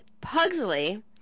Pugsley